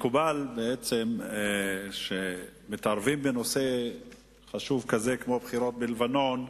מקובל שאם מתערבים בנושא חשוב כזה כמו בחירות בלבנון,